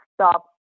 stop